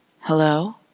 Hello